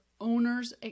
owner's